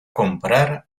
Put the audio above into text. comprar